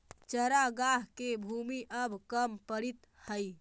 चरागाह के भूमि अब कम पड़ीत हइ